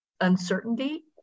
uncertainty